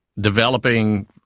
developing